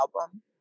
album